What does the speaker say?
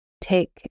Take